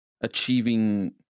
achieving